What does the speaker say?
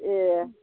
ए